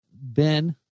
Ben